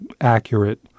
accurate